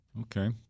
Okay